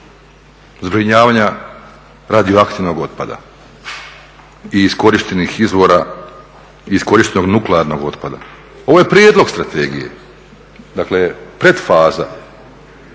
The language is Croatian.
zbrinjavanja radioaktivnog otpada i iskorištenih izvora i iskorištenog nuklearnog otpada, ovo je prijedlog strategije, dakle pretfaza